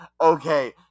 Okay